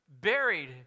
buried